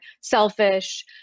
selfish